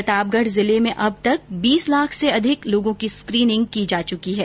प्रतापगढ जिले में अब तक बीस लाख से अधिक लोगों की स्क्रीनिंग की जा चुकी है